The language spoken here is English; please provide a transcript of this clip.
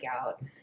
out